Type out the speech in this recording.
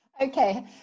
Okay